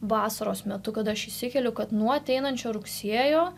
vasaros metu kad aš įsikeliu kad nuo ateinančio rugsėjo